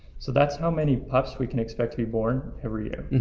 so that's how many pups we can expect to be born every year.